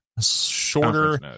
Shorter